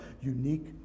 unique